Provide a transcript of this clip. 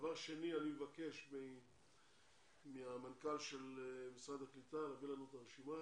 אני מבקש ממנכ"ל משרד הקליטה להעביר לנו את הרשימה